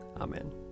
Amen